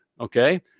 Okay